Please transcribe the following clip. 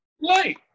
light